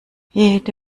jede